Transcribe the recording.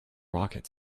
rocket